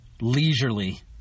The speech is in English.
leisurely